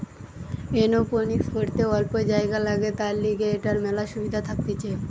aeroponics করিতে অল্প জাগা লাগে, তার লিগে এটার মেলা সুবিধা থাকতিছে